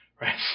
right